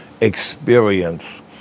experience